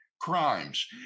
crimes